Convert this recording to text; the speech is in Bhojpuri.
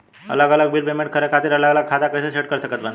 अलग अलग बिल पेमेंट खातिर अलग अलग खाता कइसे सेट कर सकत बानी?